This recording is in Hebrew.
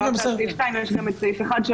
דיברת על סעיף 2. יש גם את סעיף 1 של